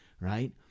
right